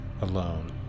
alone